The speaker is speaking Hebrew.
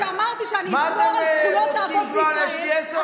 אמרתי שאני אחזור על, יש לי עשר דקות,